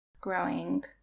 growing